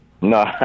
No